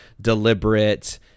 deliberate